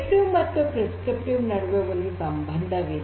ಮುನ್ಸೂಚಕ ಮತ್ತು ಪ್ರಿಸ್ಕ್ರಿಪ್ಟಿವ್ ನಡುವೆ ಒಂದು ಸಂಬಂಧವಿದೆ